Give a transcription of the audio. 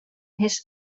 his